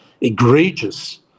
egregious